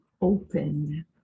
open